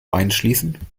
einschließen